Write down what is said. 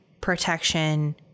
protection